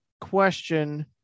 question